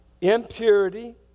impurity